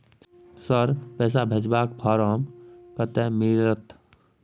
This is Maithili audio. सर, पैसा भेजबाक फारम कत्ते मिलत?